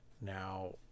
now